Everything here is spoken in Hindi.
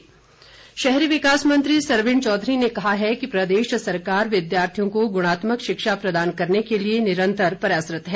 सरवीण शहरी विकास मंत्री सरवीण चौधरी ने कहा है कि प्रदेश सरकार विद्यार्थियों को गुणात्मक शिक्षा प्रदान करने के लिए निरंतर प्रयासरत है